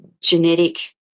genetic